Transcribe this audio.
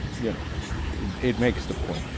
you know it makes the point.